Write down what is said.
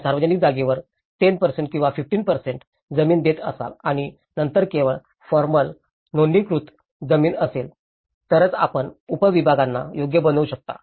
आपण सार्वजनिक जागेसाठी 10 किंवा 15 जमीन देत असाल आणि नंतर केवळ फॉर्मल नोंदणीकृत जमीन असेल तरच आपण उपविभागांना योग्य बनवू शकता